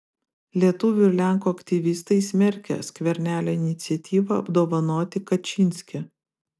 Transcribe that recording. lietuvių ir lenkų aktyvistai smerkia skvernelio iniciatyvą apdovanoti kačynskį